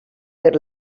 per